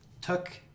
took